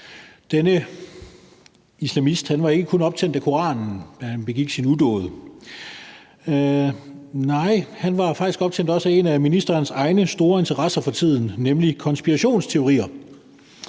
Denne islamist var ikke kun optændt af Koranen, da han begik sin udåd. Nej, han var faktisk også optændt af en af ministerens egne store interesser for tiden, nemlig konspirationsteorier.